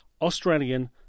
Australian